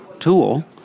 tool